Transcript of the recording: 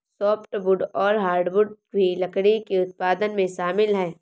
softwood और hardwood भी लकड़ी के उत्पादन में शामिल है